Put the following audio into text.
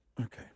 Okay